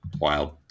wild